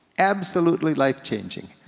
absolutely life changing.